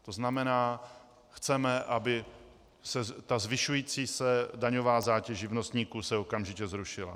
To znamená, chceme, aby se zvyšující se daňová zátěž živnostníků okamžitě zrušila.